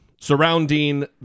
surrounding